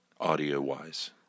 audio-wise